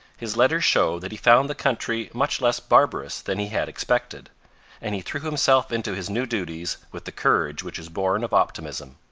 his letters show that he found the country much less barbarous than he had expected and he threw himself into his new duties with the courage which is born of optimism.